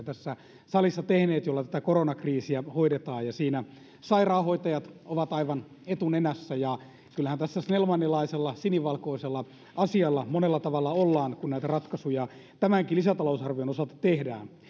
tässä salissa tehneet lukuisia lakiesityksiä talouspäätöksiä joilla tätä koronakriisiä hoidetaan ja siinä sairaanhoitajat ovat aivan etunenässä ja kyllähän tässä snellmanilaisella sinivalkoisella asialla monella tavalla ollaan kun näitä ratkaisuja tämänkin lisätalousarvion osalta tehdään